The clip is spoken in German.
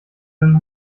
dann